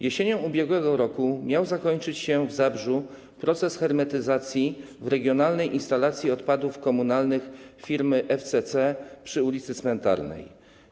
Jesienią ub.r. miał zakończyć się w Zabrzu proces hermetyzacji w regionalnej instalacji odpadów komunalnych firmy FCC przy ul. Cmentarnej.